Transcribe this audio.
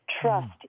Trust